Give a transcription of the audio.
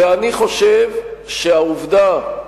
חבר הכנסת ברכה,